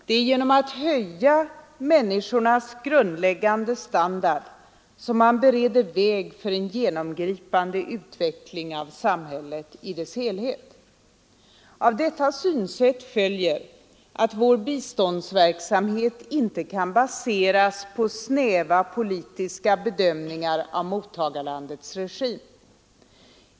Det är genom att höja människornas grundläggande standard som man bereder väg för en genomgripande utveckling av samhället i dess helhet. Av detta synsätt följer att vår biståndsverksamhet inte kan baseras på snäva politiska bedömningar av mottagarlandets regim.